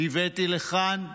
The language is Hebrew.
לכאן,